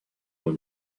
when